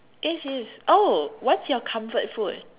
yes it is oh what's your comfort food